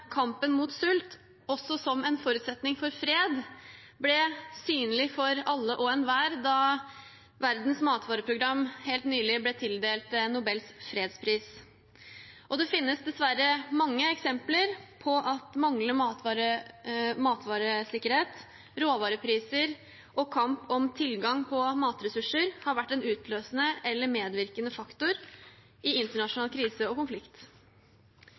kampen mot sult, også som en forutsetning for fred, ble synlig for alle og enhver da Verdens matvareprogram helt nylig ble tildelt Nobels fredspris. Det finnes dessverre mange eksempler på at manglende matvaresikkerhet, råvarepriser og kamp om tilgang på matressurser har vært en utløsende eller medvirkende faktor i internasjonal krise og konflikt.